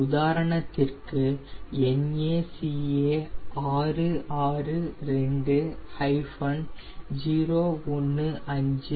உதாரணத்திற்கு NACA 66 2 015